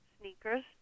sneakers